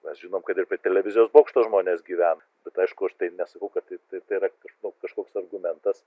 mes žinom kad ir prie televizijos bokšto žmonės gyvena bet aišku aš tai nesakau kad tai tai yra kažko kažkoks argumentas